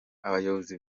abayobozi